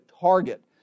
target